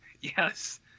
Yes